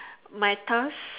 my task